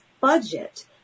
budget